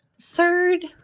third